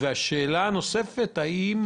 והשאלה הנוספת היא האם